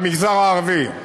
במגזר הערבי,